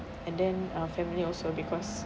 and then uh family also because